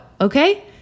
okay